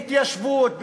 בהתיישבות,